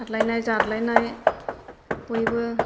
थालायनाय जालायनाय बयबो